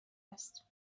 است